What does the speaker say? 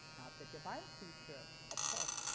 the divine creature, of course,